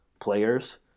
players